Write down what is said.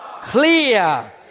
Clear